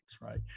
Right